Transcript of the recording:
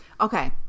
Okay